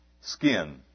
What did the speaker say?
skin